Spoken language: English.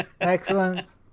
excellent